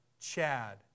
Chad